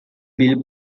bill